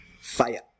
Fire